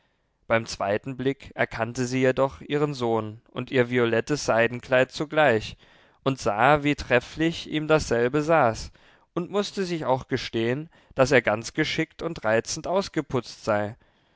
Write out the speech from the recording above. beim zweiten blick erkannte sie jedoch ihren sohn und ihr violettes seidenkleid zugleich und sah wie trefflich ihm dasselbe saß und mußte sich auch gestehen daß er ganz geschickt und reizend ausgeputzt sei